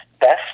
best